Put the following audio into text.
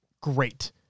great